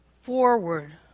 forward